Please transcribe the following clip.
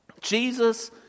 Jesus